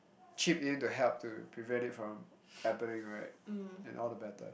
chip in to help to prevent it from happening right then all the better